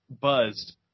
buzzed